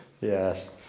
Yes